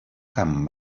camp